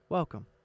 Welcome